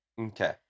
Okay